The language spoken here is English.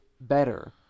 better